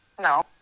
No